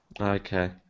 Okay